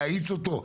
להאיץ אותו,